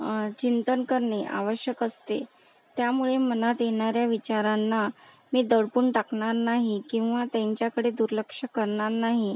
चिंतन करणे आवश्यक असते त्यामुळे मनात येणाऱ्या विचारांना मी दडपून टाकणार नाही किंवा त्यांच्याकडे दुर्लक्ष करणार नाही